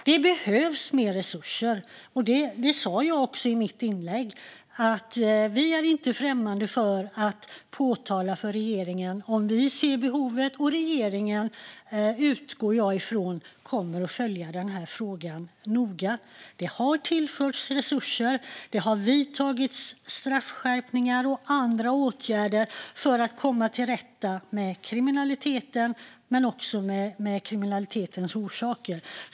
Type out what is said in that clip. Det behövs mer resurser. Det sa jag också i mitt inlägg. Vi är inte främmande för att påpeka för regeringen om vi ser ett behov. Och jag utgår från att regeringen kommer att följa denna fråga noga. Det har tillförts resurser, och det har gjorts straffskärpningar och vidtagits andra åtgärder för att komma till rätta med kriminaliteten och dess orsaker.